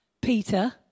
Peter